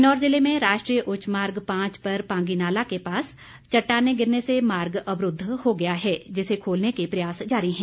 किन्नौर जिले में राष्ट्रीय उच्च मार्ग पांच पर पांगीनाला के पास चट्टाने गिरने से मार्ग अवरूद्व हो गया है जिसे खोलने के प्रयास जारी है